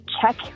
check